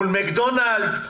מול מקדונלד,